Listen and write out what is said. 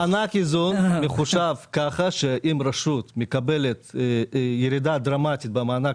מענק איזון מחושב כך שאם רשות מקבלת ירידה דרמטית במענק